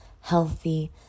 healthy